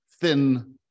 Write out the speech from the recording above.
thin